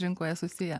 rinkoje susiję